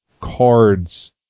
cards